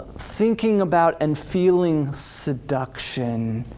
thinking about and feeling seduction,